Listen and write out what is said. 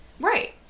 Right